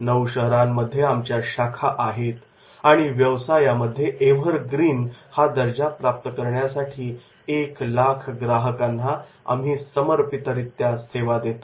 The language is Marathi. नऊ शहरांमध्ये आमच्या शाखा आहेत आणि व्यवसायामध्ये एव्हरग्रीन हा दर्जा प्राप्त करण्यासाठी एक लाख ग्राहकांना आम्ही समर्पितरित्या सेवा देतो